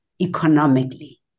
economically